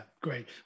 great